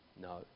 no